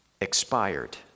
expired